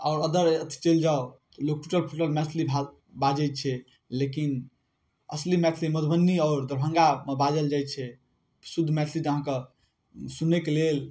आओर अदर अथी चलि जाउ लोक टूटल फूटल मैथिली बाजै छै लेकिन असली मैथिली मधुबनी आओर दरभंगामे बाजल जाइ छै शुद्ध मैथिली तऽ अहाँके सुनैके लेल